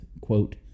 quote